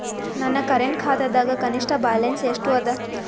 ನನ್ನ ಕರೆಂಟ್ ಖಾತಾದಾಗ ಕನಿಷ್ಠ ಬ್ಯಾಲೆನ್ಸ್ ಎಷ್ಟು ಅದ